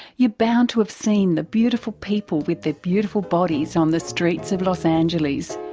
you're bound to have seen the beautiful people with their beautiful bodies on the streets of los angeles.